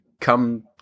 come